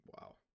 Wow